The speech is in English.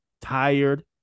tired